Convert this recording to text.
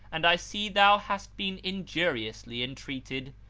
and i see thou hast been injuriously entreated.